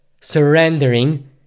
surrendering